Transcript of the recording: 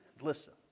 listen